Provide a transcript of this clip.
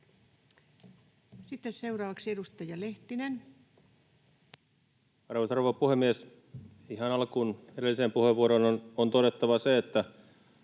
Sitten seuraavaksi edustaja Lehtinen. Arvoisa rouva puhemies! Ihan alkuun edelliseen puheenvuoroon on todettava se, että